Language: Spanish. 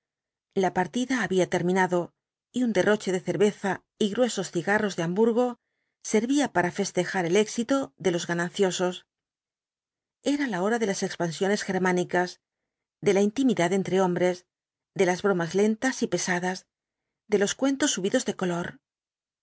la partida había terminado y un derroche de cerveza y gruesos cigarros de hamburgo servía para festejar el éxito de los gananciosos era la hora de las expansiones germánicas de ia intimidad entre hombres de las bromas lentas y pesadas de los cuentos subidos de color